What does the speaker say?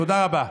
תודה רבה.